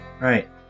Right